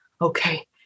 Okay